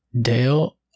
Dale